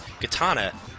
katana